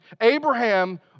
Abraham